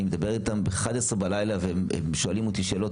אני מדבר איתם ב-23:00 והם שואלים אותי שאלות